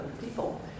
people